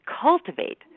cultivate